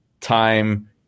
time